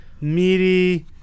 meaty